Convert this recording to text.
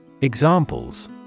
Examples